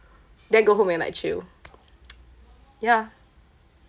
then go home and like chill ya